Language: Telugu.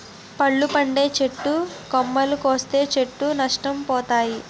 పళ్ళు పండే చెట్టు కొమ్మలు కోస్తే చెట్టు నష్ట పోతాది